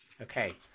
Okay